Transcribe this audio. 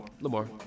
Lamar